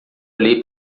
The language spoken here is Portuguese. olhei